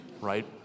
right